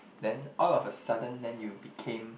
then all of a sudden then you became